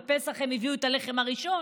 בפסח הם הביאו את הלחם הראשון,